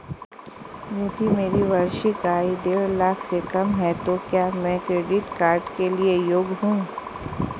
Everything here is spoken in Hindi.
यदि मेरी वार्षिक आय देढ़ लाख से कम है तो क्या मैं क्रेडिट कार्ड के लिए योग्य हूँ?